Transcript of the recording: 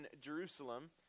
Jerusalem